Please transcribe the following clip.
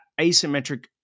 asymmetric